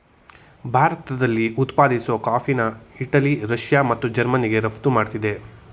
ಭಾರತದಲ್ಲಿ ಉತ್ಪಾದಿಸೋ ಕಾಫಿನ ಇಟಲಿ ರಷ್ಯಾ ಮತ್ತು ಜರ್ಮನಿಗೆ ರಫ್ತು ಮಾಡ್ತಿದೆ